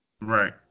Right